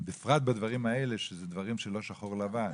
בפרט בדברים האלה שהם לא שחור או לבן.